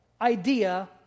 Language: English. idea